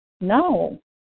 No